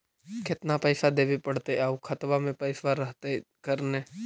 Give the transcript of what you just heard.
केतना पैसा देबे पड़तै आउ खातबा में पैसबा रहतै करने?